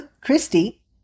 Christy